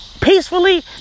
peacefully